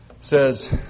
says